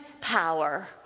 power